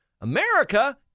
America